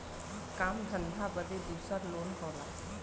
काम धंधा बदे दूसर लोन होला